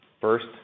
First